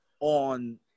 on